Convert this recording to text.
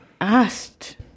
asked